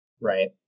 Right